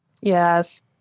Yes